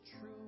true